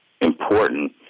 important